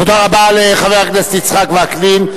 תודה רבה לחבר הכנסת יצחק וקנין.